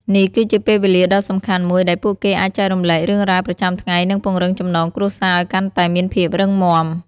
នេះគឺជាពេលវេលាដ៏សំខាន់មួយដែលពួកគេអាចចែករំលែករឿងរ៉ាវប្រចាំថ្ងៃនិងពង្រឹងចំណងគ្រួសារឲ្យកាន់តែមានភាពរឹងមាំ។